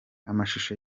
amashusho